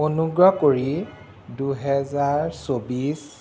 অনুগ্ৰহ কৰি দুহেজাৰ চৌব্বিছ